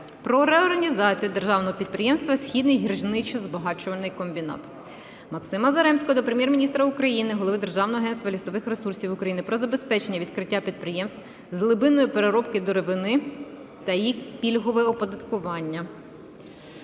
про реорганізацію державного підприємства "Східний гірничо-збагачувальний комбінат". Максима Заремського до Прем'єр-міністра України, Голови Державного агентства лісових ресурсів України про забезпечення відкриття підприємств з глибинної переробки деревини та їх пільгове оподаткування.